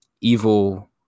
evil